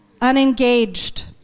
unengaged